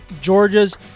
Georgia's